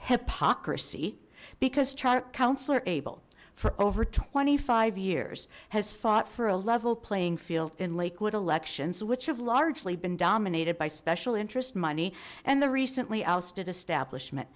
hypocrisy because councillor abel for over twenty five years has fought for a level playing field in lakewood elections which have largely been dominated by special interest money and the recently ousted establishment